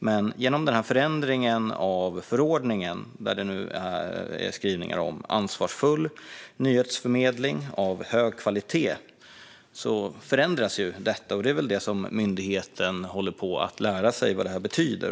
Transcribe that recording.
Men genom den här förändringen av förordningen, där det nu finns skrivningar om ansvarsfull nyhetsförmedling av hög kvalitet, förändras detta. Myndigheten håller väl nu på att lära sig vad det här betyder.